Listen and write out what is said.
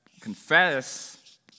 confess